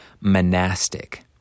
monastic